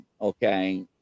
okay